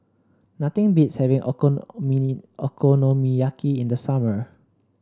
nothing beats having Okonomiyaki in the summer